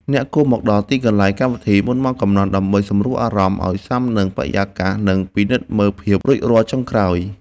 អ្នកគួរមកដល់ទីកន្លែងកម្មវិធីមុនម៉ោងកំណត់ ដើម្បីសម្រួលអារម្មណ៍ឱ្យស៊ាំនឹងបរិយាកាស និងពិនិត្យមើលភាពរួចរាល់ចុងក្រោយ។